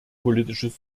politisches